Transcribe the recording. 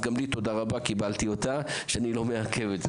אז גם תודה רבה לי על שאני לא מעכב אותה.